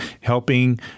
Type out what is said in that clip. helping